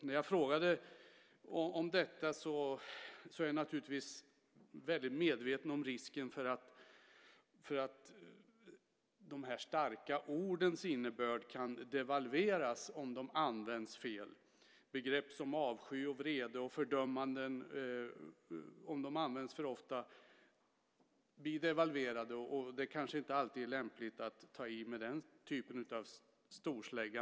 När jag frågar om detta är jag naturligtvis medveten om risken för att de starka ordens innebörd kan devalveras om de används fel. Begrepp som avsky, vrede och fördömanden kan om de används för ofta bli devalverade. Det kanske inte alltid är lämpligt att ta i med den typen av storslägga.